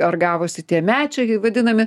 ar gavosi tie medžiai vadinami